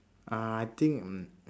uh I think mm